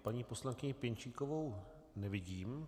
Paní poslankyni Pěnčíkovou nevidím.